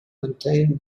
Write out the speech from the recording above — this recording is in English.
maintain